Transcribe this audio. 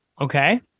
Okay